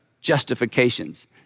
justifications